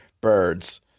birds